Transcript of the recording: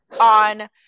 on